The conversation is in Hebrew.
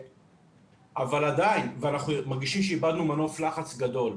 אנחנו מרגישים שאיבדנו מנוף לחץ גדול.